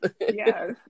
yes